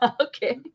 Okay